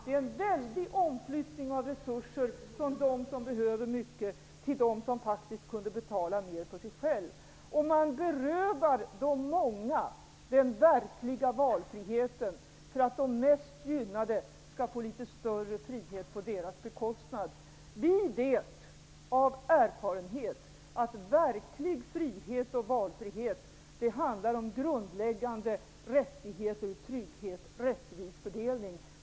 Det är en väldig omläggning av resurser från dem som behöver mycket till dem som faktiskt kunde betala mera. Man berövar de många den verkliga valfriheten för att de mest gynnade skall få litet större frihet på deras bekostnad. Vi vet av erfarenhet att verklig frihet och valfrihet handlar om grundläggande rättigheter, trygghet och rättvis fördelning.